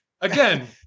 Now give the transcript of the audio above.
Again